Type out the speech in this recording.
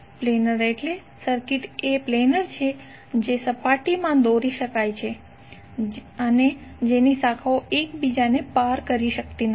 planar એટલે circuit એ planar છે જે સપાટી માં દોરી શકે છે જેની શાખાઓ એક બીજાને પાર કરી શકતી નથી